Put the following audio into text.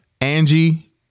Angie